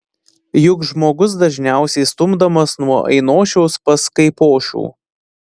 juk žmogus dažniausiai stumdomas nuo ainošiaus pas kaipošių